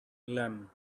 lame